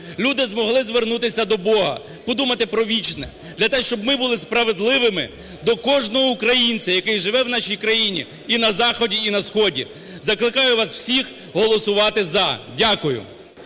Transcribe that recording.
люди змогли звернутися до Бога, подумати про вічне. Для того, щоб ми були справедливими до кожного українця, який живе в нашій Україні і на заході, і на сході. Закликаю вас всіх голосувати "за". Дякую.